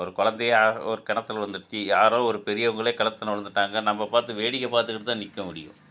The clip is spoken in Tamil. ஒரு கொழந்தையா ஒரு கிணத்துல விழுந்துட்ச்சி யாரோ ஒரு பெரியவங்களே கிணத்தல விழுந்துட்டாங்க நம்ம பார்த்து வேடிக்கை பார்த்துக்கிட்டு தான் நிற்க முடியும்